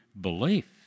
belief